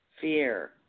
fear